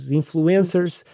influencers